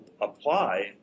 apply